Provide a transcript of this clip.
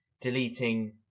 deleting